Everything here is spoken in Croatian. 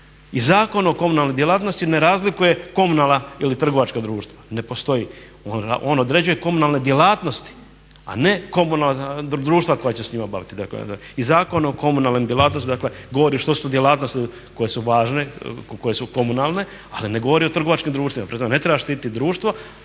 i Zakon o komunalnoj djelatnosti ne razlikuje komunalna ili trgovačka društva. Ne postoji, on određuje komunalne djelatnosti a ne komunalna društva koja će se njima baviti. I Zakon o komunalnim djelatnostima govori što su to djelatnosti koje su važne, koje su komunalne ali ne govori o trgovačkim društvima, pri tome ne treba štiti društva,